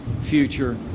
future